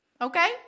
Okay